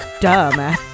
dumb